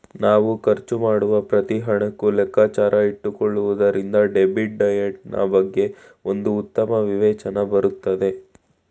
ನಾವ್ ಖರ್ಚು ಮಾಡುವ ಪ್ರತಿ ಹಣಕ್ಕೂ ಲೆಕ್ಕಾಚಾರ ಇಟ್ಟುಕೊಳ್ಳುವುದರಿಂದ ಡೆಬಿಟ್ ಡಯಟ್ ನಾ ಬಗ್ಗೆ ಒಂದು ಉತ್ತಮ ವಿವೇಚನೆ ಬರುತ್ತದೆ